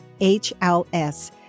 HLS